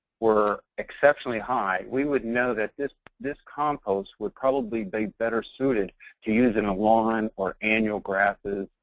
were exceptionally high, we would know that this this compost would probably be better suited to use in a lawn or annual grasses,